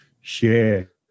share